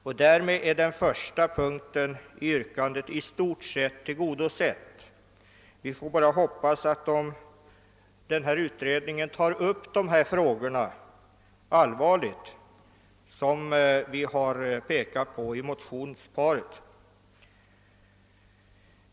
Jag hoppas att denna utredning allvarligt behandlar de frågor som vi har tagit upp i motionsparet.